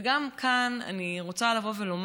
וגם כאן אני רוצה לומר: